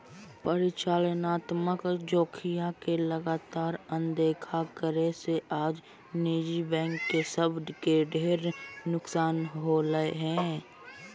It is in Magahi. परिचालनात्मक जोखिम के लगातार अनदेखा करे से आज निजी बैंक सब के ढेर नुकसान होलय हें